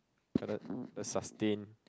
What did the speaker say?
furthered the sustain